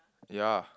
ya